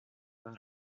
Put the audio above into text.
par